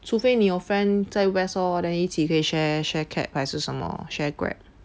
除非你有 friend 在 west orh then 一起可以 share share cab 还是什么 share Grab